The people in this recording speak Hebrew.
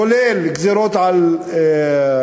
כולל גזירות על,